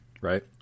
right